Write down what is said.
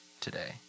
today